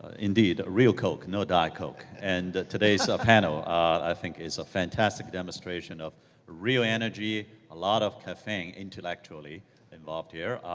indeed, real coke, no diet coke. and today's ah panel, ah i think, is a fantastic demonstration of real energy, a lot of caffeine intellectually involved here.